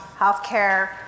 healthcare